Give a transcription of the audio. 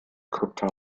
krypta